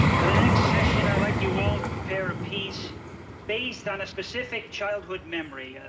for the next session i'd like you all to prepare a piece based on a specific childhood memory. ah,